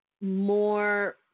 more